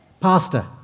Pastor